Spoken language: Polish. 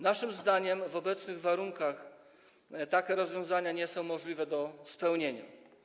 Naszym zdaniem w obecnych warunkach takie rozwiązania nie są możliwe do spełnienia.